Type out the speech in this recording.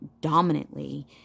dominantly